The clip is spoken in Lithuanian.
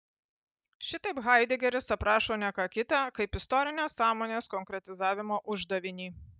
šitaip haidegeris aprašo ne ką kita kaip istorinės sąmonės konkretizavimo uždavinį